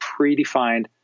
predefined